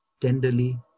tenderly